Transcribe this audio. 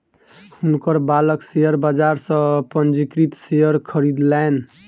हुनकर बालक शेयर बाजार सॅ पंजीकृत शेयर खरीदलैन